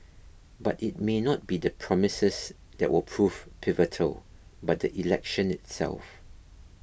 but it may not be the promises that will prove pivotal but the election itself